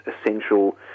essential